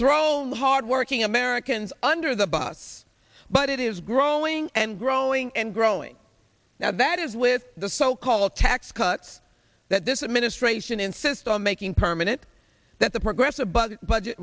the hardworking americans under the bus but it is growing and growing and growing now that is with the so called tax cuts that this administration insists on making permanent that the progressive bug budget